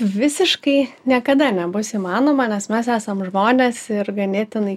visiškai niekada nebus įmanoma nes mes esam žmonės ir ganėtinai